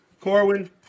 Corwin